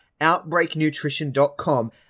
OutbreakNutrition.com